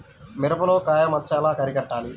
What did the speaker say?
మిరపలో కాయ మచ్చ ఎలా అరికట్టాలి?